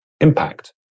impact